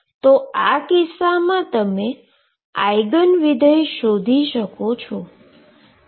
તો આ કિસ્સામાં તમે આઈગનવિધેય શોધી શકો છો